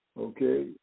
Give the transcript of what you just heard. okay